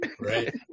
Right